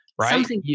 Right